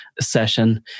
session